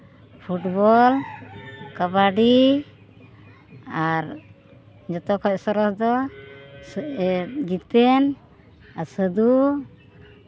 football kabaddi ᱟᱨ ᱡᱚᱛᱚᱠᱷᱚᱡ ᱥᱚᱨᱚᱥ ᱫᱚ ᱡᱤᱛᱮᱱ ᱟᱨ ᱥᱟᱹᱫᱷᱩ